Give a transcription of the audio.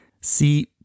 See